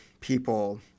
people